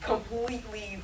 Completely